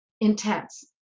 intense